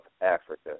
Africa